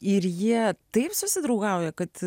ir jie taip susidraugauja kad